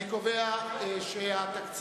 אני קובע שהתקציב